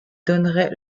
donnerait